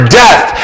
death